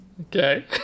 Okay